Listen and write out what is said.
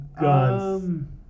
guns